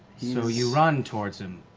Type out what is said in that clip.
so you run towards him.